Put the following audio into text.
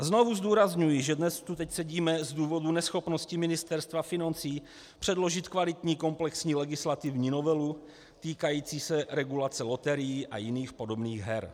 Znovu zdůrazňuji, že dnes tu teď sedíme z důvodu neschopnosti Ministerstva financí předložit kvalitní komplexní legislativní novelu týkající se regulace loterií a jiných podobných her.